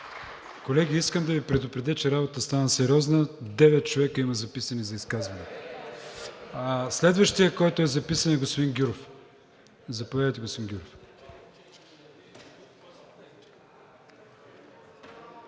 Колеги, искам да Ви предупредя, че работата стана сериозна – девет човека има записани за изказване. (Шум и реплики.) Следващият, който е записан, е господин Гюров. Заповядайте, господин Гюров.